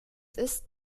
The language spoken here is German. ist